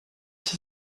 qui